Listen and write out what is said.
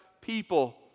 people